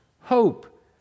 hope